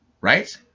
right